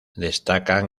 destacan